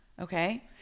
okay